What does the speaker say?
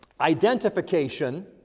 identification